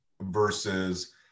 versus